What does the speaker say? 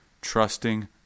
trusting